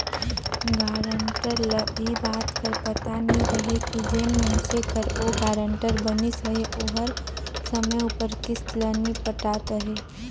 guarantor ल ए बात कर पता नी रहें कि जेन मइनसे कर ओ गारंटर बनिस अहे ओहर समे उपर किस्त ल नी पटात अहे